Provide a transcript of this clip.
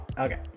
Okay